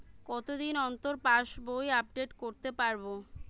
কতদিন অন্তর পাশবই আপডেট করতে পারব?